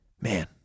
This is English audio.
man